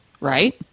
right